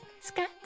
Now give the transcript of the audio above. Scott